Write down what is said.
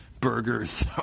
burgers